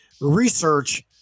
research